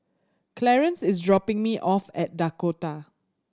Clarance is dropping me off at Dakota